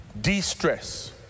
de-stress